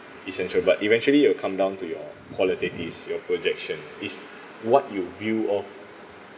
essential but eventually you will come down to your qualitative your projection it's what you view of